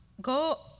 go